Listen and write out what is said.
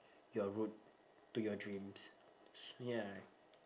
your route to your dreams so ya